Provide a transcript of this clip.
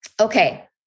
Okay